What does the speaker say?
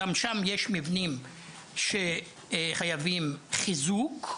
גם שם יש מבנים שחייבים חיזוק.